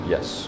Yes